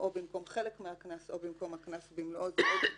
ובאישור ועדת